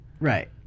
Right